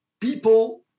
people